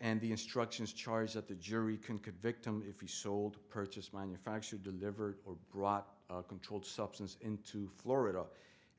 and the instructions charge that the jury can convict him if he sold purchased manufacture delivered or brought a controlled substance into florida